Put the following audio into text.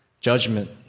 Judgment